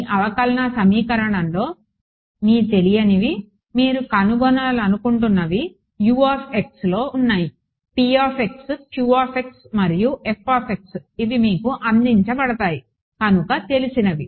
ఈ అవకలన సమీకరణంలో మీ తెలియనివి మీరు కనుగొనలనుకుంటున్నవి లో ఉన్నాయి మరియు ఇవి మీకు అందించబడతాయి కనుక తెలిసినవి